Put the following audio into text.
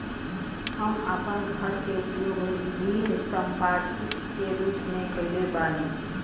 हम आपन घर के उपयोग ऋण संपार्श्विक के रूप में कइले बानी